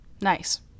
Nice